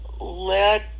let